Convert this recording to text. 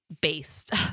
based